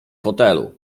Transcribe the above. fotelu